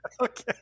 Okay